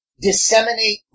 disseminate